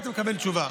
היית מקבל תשובה.